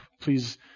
please